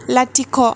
लाथिख'